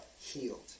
healed